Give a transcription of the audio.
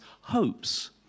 hopes